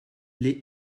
les